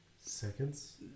seconds